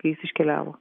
kai jis iškeliavo